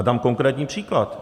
Dám konkrétní příklad.